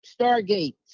Stargate